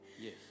Yes